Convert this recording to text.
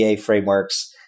frameworks